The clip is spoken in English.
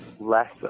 less